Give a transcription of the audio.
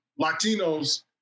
Latinos